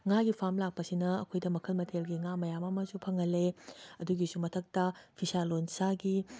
ꯉꯥꯒꯤ ꯐꯥꯝ ꯂꯥꯛꯄꯁꯤꯅ ꯑꯩꯈꯣꯏꯗ ꯃꯈꯜ ꯃꯊꯦꯜꯒꯤ ꯉꯥ ꯃꯌꯥꯝ ꯑꯃꯁꯨ ꯐꯪꯍꯜꯂꯦ ꯑꯗꯨꯒꯤꯁꯨ ꯃꯊꯛꯇ ꯐꯤꯁꯥ ꯂꯣꯟꯁꯥꯒꯤ